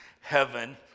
heaven